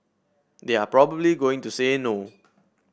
they are probably going to say no